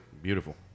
Beautiful